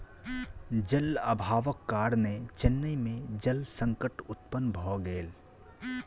जल अभावक कारणेँ चेन्नई में जल संकट उत्पन्न भ गेल